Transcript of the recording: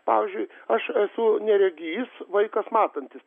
pavyzdžiui aš esu neregys vaikas matantis